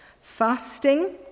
fasting